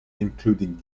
including